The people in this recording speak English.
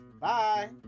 Bye